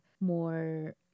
more